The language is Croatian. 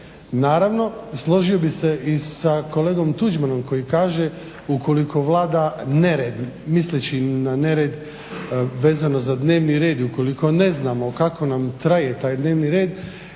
Naravno, složio bih se i sa kolegom Tuđmanom koji kaže ukoliko vlada nered, misleći na nered vezano za dnevni red i ukoliko ne znamo kako nam traje taj dnevni red